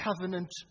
covenant